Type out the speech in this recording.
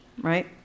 right